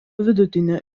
vidutinio